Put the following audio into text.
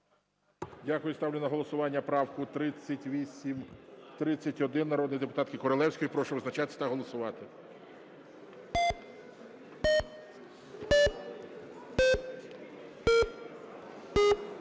Дякую. Ставлю на голосування правку 3831 народної депутатки Королевської. Прошу визначатися та голосувати.